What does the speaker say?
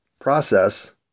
process